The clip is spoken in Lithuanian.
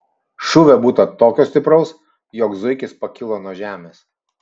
šūvio būta tokio stipraus jog zuikis pakilo nuo žemės